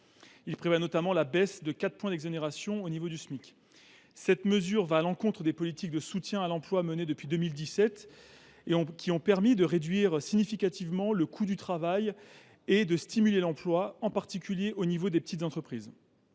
Il prévoit notamment la baisse de quatre points d’exonération au niveau du Smic. Cette mesure va à l’encontre des politiques de soutien à l’emploi menées depuis 2017, qui ont permis de réduire significativement le coût du travail et de stimuler l’emploi, en particulier pour les petites entreprises.